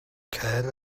cer